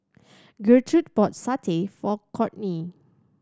Gertrude bought satay for Courtney